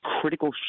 critical